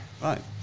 Right